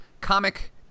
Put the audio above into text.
comic